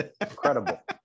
Incredible